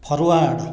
forward